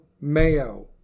mayo